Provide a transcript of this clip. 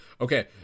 Okay